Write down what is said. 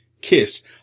KISS